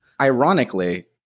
ironically